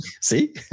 See